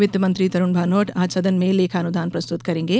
वित्त मंत्री तरूण भानोट आज सदन में लेखानुदान प्रस्तुत करेंगे